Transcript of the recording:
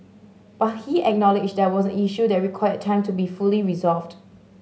but he acknowledged there were issue that require time to be fully resolved